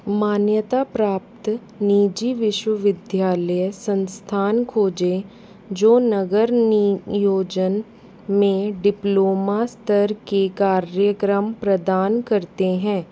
मान्यता प्राप्त निजी विश्वविद्यालय संस्थान खोजें जो नगर नियोजन में डिप्लोमा स्तर के कार्यक्रम प्रदान करते हैं